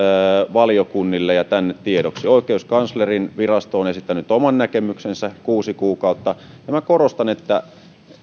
valiokunnille ja tänne tiedoksi oikeuskanslerinvirasto on esittänyt oman näkemyksensä kuusi kuukautta minä korostan että